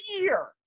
year